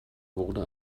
wurde